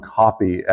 copy